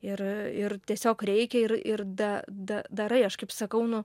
ir ir tiesiog reikia ir ir da da darai aš kaip sakau nu